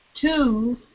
two